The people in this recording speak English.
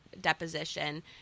deposition